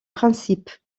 principe